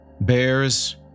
Bears